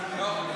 לא.